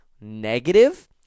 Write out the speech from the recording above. negative